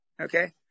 okay